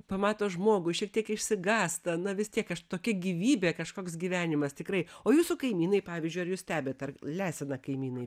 pamato žmogų šiek tiek išsigąsta na vis tiek aš tokia gyvybė kažkoks gyvenimas tikrai o jūsų kaimynai pavyzdžiui ar jus stebit ar lesina kaimynai